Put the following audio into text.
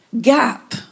gap